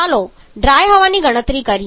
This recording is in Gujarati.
ચાલો ડ્રાય હવાની ગણતરી કરીએ